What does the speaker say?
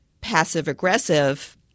passive-aggressive